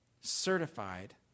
certified